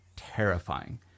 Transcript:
Terrifying